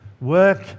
Work